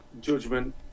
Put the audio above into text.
judgment